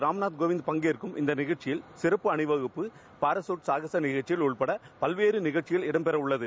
ராம் நூத் கோவிந்த் பங்கேற்கும் இந்த நிகழ்ச்சியில் சிறப்பு அணிவகுப்பு பாராசூட் காகச நிகழ்ச்சிகள் உட்பட பல்வேறு நிகழ்ச்சிகள் இடம்பெறவுள்ளது